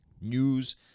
news